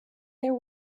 there